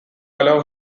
allow